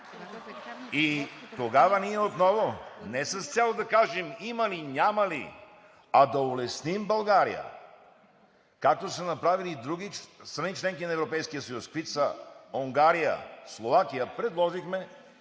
предложихме отново – не с цел да кажем има ли, няма ли, а да улесним България, както са направили и други страни – членки на Европейския съюз, каквито са Унгария, Словакия, предложихме